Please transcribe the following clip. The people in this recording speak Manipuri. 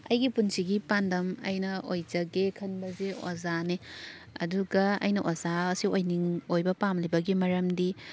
ꯑꯩꯒꯤ ꯄꯨꯟꯁꯤꯒꯤ ꯄꯥꯟꯗꯝ ꯑꯩꯅ ꯑꯣꯏꯖꯒꯦ ꯈꯟꯕꯁꯦ ꯑꯣꯖꯥꯅꯦ ꯑꯗꯨꯒ ꯑꯩꯅ ꯑꯣꯖꯥꯁꯦ ꯑꯣꯏꯅꯤꯡ ꯑꯣꯏꯕ ꯄꯥꯝꯂꯤꯕꯒꯤ ꯃꯔꯝꯗꯤ